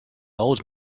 old